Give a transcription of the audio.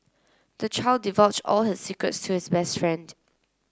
the child divulged all his secrets to his best friend